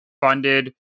funded